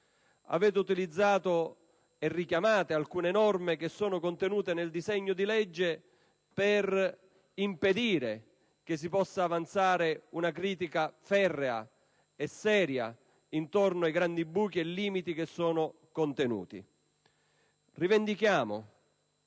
Avete utilizzato e richiamato alcune norme contenute nel disegno di legge per impedire che si possa avanzare una critica ferrea e seria intorno ai grandi buchi e limiti in esso contenuti. Rivendichiamo,